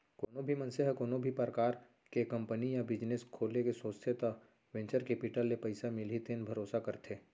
कोनो भी मनसे ह कोनो भी परकार के कंपनी या बिजनेस खोले के सोचथे त वेंचर केपिटल ले पइसा मिलही तेन भरोसा करथे